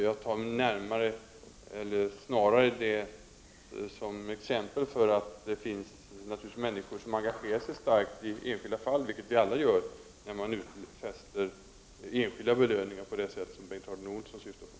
Jag tar snarare detta som intäkt för att det finns människor som engagerat sig starkt i enskilda fall — som vi ju alla gör — när det utfästs belöningar på det sätt som Bengt Harding Olson syftar på.